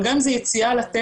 אבל גם אם זה יציאה לטבע.